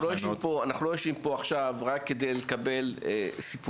אנחנו לא יושבים פה עכשיו רק כדי לקבל סיפורים.